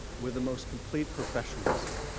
with the most complete professionalism.